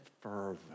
further